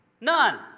None